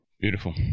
Beautiful